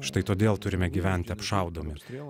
štai todėl turime gyventi apšaudomi